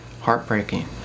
Heartbreaking